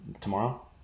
tomorrow